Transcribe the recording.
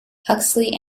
huxley